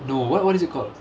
no what what is it ah